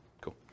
Cool